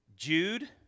Jude